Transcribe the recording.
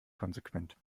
konsequent